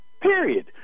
period